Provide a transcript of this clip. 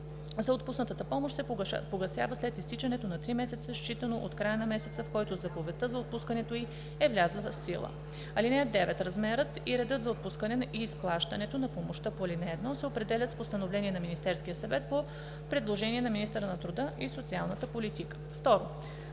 за отпуснатата помощ се погасява след изтичането на три месеца, считано от края на месеца, в който заповедта за отпускането й е влязла в сила. (9) Размерът и редът за отпускането и изплащането на помощта по ал. 1 се определят с постановление на Министерския съвет по предложение на министъра на труда и социалната политика.“ 2.